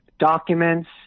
documents